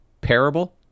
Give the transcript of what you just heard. parable